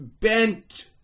bent